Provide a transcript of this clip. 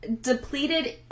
depleted